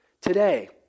today